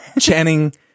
Channing